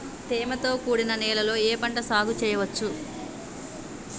తేమతో కూడిన నేలలో ఏ పంట సాగు చేయచ్చు?